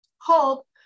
hope